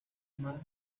más